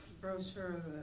brochure